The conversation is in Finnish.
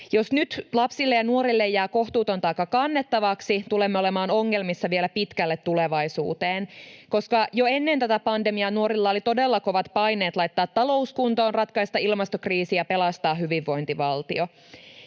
Jos nyt lapsille ja nuorille jää kohtuuton taakka kannettavaksi, tulemme olemaan ongelmissa vielä pitkälle tulevaisuuteen, koska jo ennen tätä pandemiaa nuorilla oli todella kovat paineet laittaa talous kuntoon, ratkaista ilmastokriisi ja pelastaa hyvinvointivaltio.